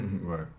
Right